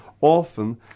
Often